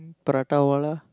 prata-Wala